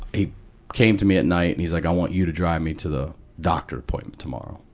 he came to me at night, and he's like, i want you to drive me to the doctor appointment tomorrow.